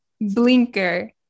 Blinker